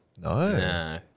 No